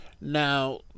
now